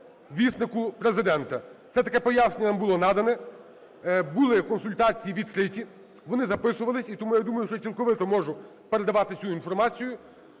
"віснику" Президента. Це таке пояснення було надане. Були консультації відкриті, вони записувалися, і тому я думаю, що цілковито можу передавати цю інформацію,